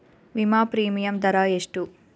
ವಿಮಾ ಪ್ರೀಮಿಯಮ್ ದರಾ ಎಷ್ಟು?